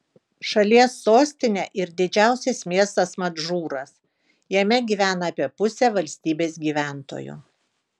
šalies sostinė ir didžiausias miestas madžūras jame gyvena apie pusę valstybės gyventojų